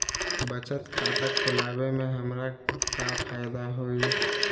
बचत खाता खुला वे में हमरा का फायदा हुई?